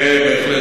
בהחלט,